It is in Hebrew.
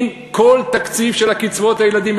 אם כל התקציב של קצבאות הילדים,